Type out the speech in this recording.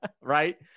Right